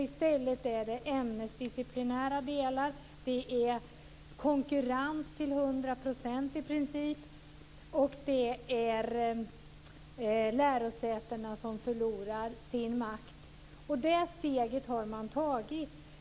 I stället är det ämnesdisciplinära delar, konkurrens till i princip hundra procent och förlorad makt för lärosätena. Det steget har man tagit.